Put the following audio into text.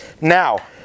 Now